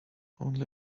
only